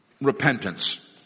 repentance